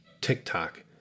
TikTok